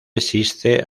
existe